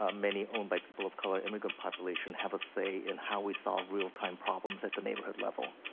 um many owned by people of color, immigrant population, have a say in how we solve real-time problems at the neighborhood level.